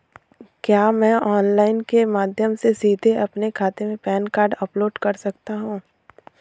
क्या मैं ऑनलाइन के माध्यम से सीधे अपने खाते में पैन कार्ड अपलोड कर सकता हूँ?